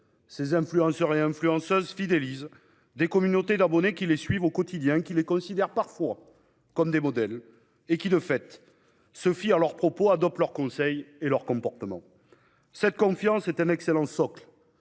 est évident : ces influenceurs fidélisent des communautés d'abonnés qui les suivent au quotidien, qui les considèrent parfois comme des modèles et qui, de fait, se fient à leurs propos, tiennent compte de leurs conseils et adoptent leurs comportements. Cette confiance est un excellent levier